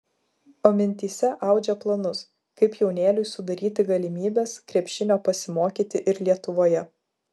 o mintyse audžia planus kaip jaunėliui sudaryti galimybes krepšinio pasimokyti ir lietuvoje